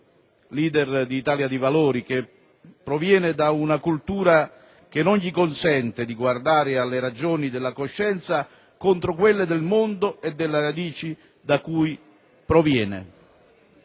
*leader* di Italia dei Valori, che proviene da una cultura che non gli consente di guardare alle ragioni della coscienza contro quelle del mondo e delle radici da cui proviene.